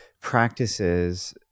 practices